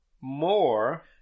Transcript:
more